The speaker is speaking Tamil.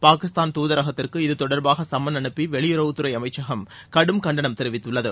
பாகிஸ்தான் தூதரகத்திற்கு இது தொடர்பாக சம்மன் அனுப்பி வெளியுறவு அமைச்சகம் கண்டனம் தெரிவித்துள்ளது